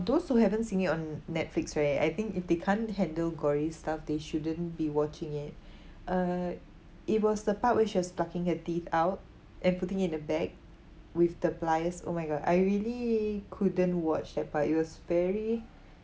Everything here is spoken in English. those who haven't seen it on Netflix right I think if they can't handle gory stuff they shouldn't be watching it uh it was the part where she was plucking her teeth out and putting it in the bag with the pliers oh my god I really couldn't watch that part it was very